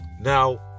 Now